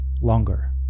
longer